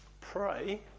pray